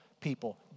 people